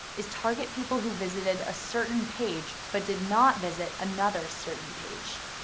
is target people who visited a certain page but did not visit another certain page.